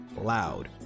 loud